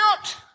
out